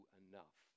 enough